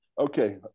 Okay